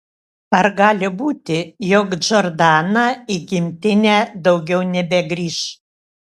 ar gali būti jog džordana į gimtinę daugiau nebegrįš